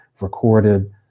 recorded